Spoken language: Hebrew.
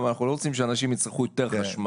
אנחנו לא רוצים שאנשים יצרכו יותר חשמל.